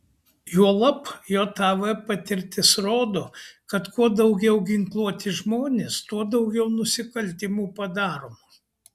juolab jav patirtis rodo kad kuo labiau ginkluoti žmonės tuo daugiau nusikaltimų padaroma